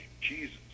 Jesus